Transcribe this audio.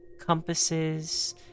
compasses